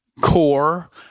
core